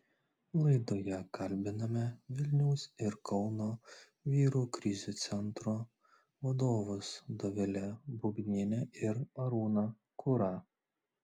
laidoje kalbiname vilniaus ir kauno vyrų krizių centrų vadovus dovilę bubnienę ir arūną kurą